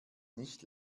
nicht